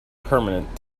permanent